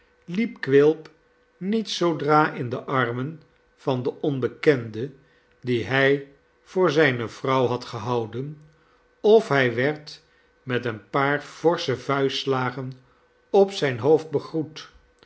quilp niet zoodra in de armen van den onbekende dien hij voor zijne vrouw had gehouden of hij werd met een paar forsche vuistslagen op zijn hoofd